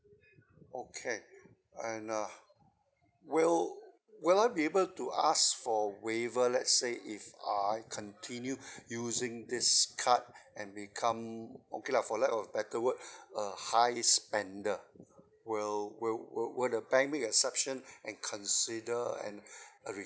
okay and uh will will I be able to ask for waiver let's say if I continue using this card and become okay lah for lack of better word a high spender will will will will the bank make a exception and consider and request